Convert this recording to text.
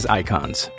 icons